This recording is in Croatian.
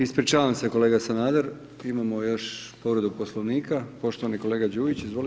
Ispričavam se kolega Sanader, imamo još povredu Poslovnika, poštovani kolega Đujić, izvolite.